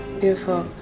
beautiful